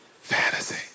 fantasy